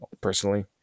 personally